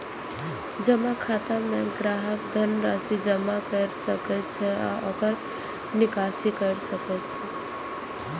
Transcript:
जमा खाता मे ग्राहक धन राशि जमा कैर सकै छै आ ओकर निकासी कैर सकै छै